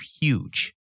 huge